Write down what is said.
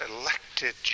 elected